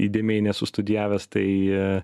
įdėmiai nesu studijavęs tai